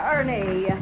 Ernie